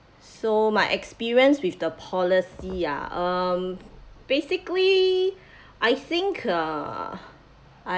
so my experience with the policy ah um basically I think uh